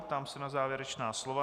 Ptám se na závěrečná slova.